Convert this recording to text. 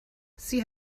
sie